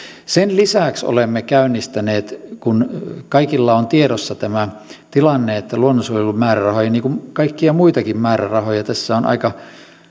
sen lisäksi olemme käynnistäneet kun kaikilla on tiedossa tämä tilanne että luonnonsuojelun määrärahoja niin kuin kaikkia muitakin määrärahoja tässä on aika